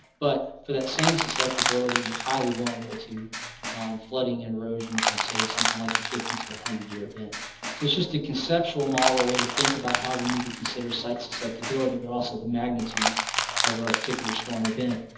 but for that same susceptibility your highly vulnerable to flooding and erosion from say something like the fifty to one hundred year event. so it's just a conceptual model way to think about how we need to consider site susceptibility but also the magnitude of a particular storm event.